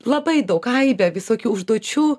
labai daug aibę visokių užduočių